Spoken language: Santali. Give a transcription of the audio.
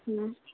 ᱦᱮᱸ